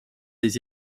des